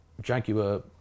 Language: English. Jaguar